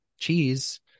cheese